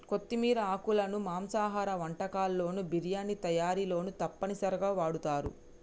కొత్తిమీర ఆకులను మాంసాహార వంటకాల్లోను బిర్యానీ తయారీలోనూ తప్పనిసరిగా వాడుతారు